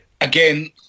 again